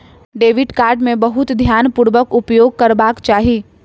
debit card के बहुत ध्यानपूर्वक उपयोग करबाक चाही